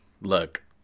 Look